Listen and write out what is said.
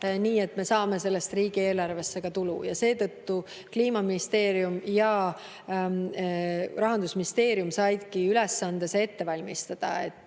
nii et me saame sellest riigieelarvesse ka tulu. Seetõttu Kliimaministeerium ja Rahandusministeerium saidki ülesande see ette valmistada.